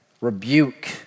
rebuke